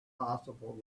possible